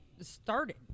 started